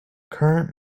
current